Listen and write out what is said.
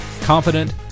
confident